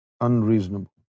unreasonable